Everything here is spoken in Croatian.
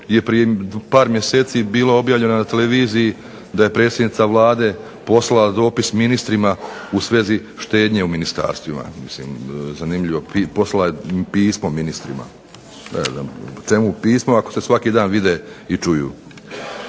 je prije par mjeseci bilo objavljeno na televiziji da je predsjednica Vlade poslala dopis ministrima u svezi štednje u ministarstvima. Mislim, zanimljivo poslala je pismo ministrima. Ne znam čemu pismo ako se svaki dan vide i čuju.